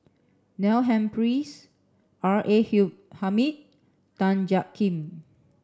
Neil Humphreys R A Hair Hamid Tan Jiak Kim